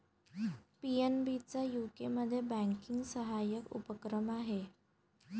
PNB चा यूकेमध्ये banking सहाय्यक उपक्रम आहे